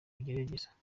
ugerageza